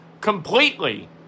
completely